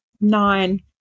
nine